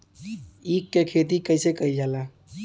ईख क खेती कइसे कइल जाला?